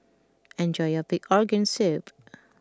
enjoy your Pig Organ Soup